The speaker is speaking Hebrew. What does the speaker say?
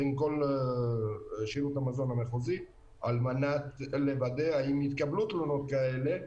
בין כל שירות המזון המחוזי על מנת לוודא האם התקבלו תלונות כאלה,